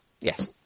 Yes